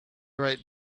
right